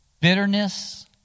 Bitterness